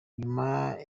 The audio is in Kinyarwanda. nyuma